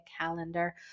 calendar